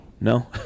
no